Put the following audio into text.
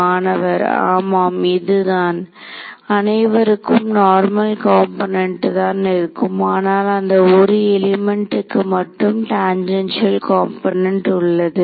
மாணவர் ஆமாம் இதுதான் அனைவருக்கும் நார்மல் காம்போனென்ட் தான் இருக்கும் ஆனால் அந்த ஒரு எலிமெண்ட்க்கு மட்டும் டாஞ்சென்ஷியல் காம்போனென்ட் உள்ளது